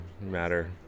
matter